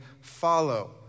follow